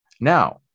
Now